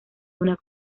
una